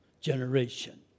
generation